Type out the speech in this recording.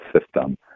system